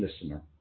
listener